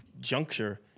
juncture